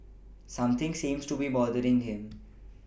something seems to be bothering him